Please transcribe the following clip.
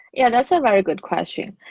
yeah, that's a very good question.